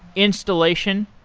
installation,